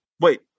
Wait